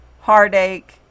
heartache